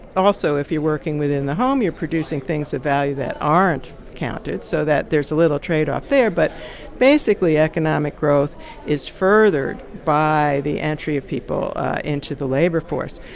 also, if you're working within the home, you're producing things of value that aren't counted so that there's a little tradeoff there. but basically, economic growth is furthered by the entry of people into the labor force.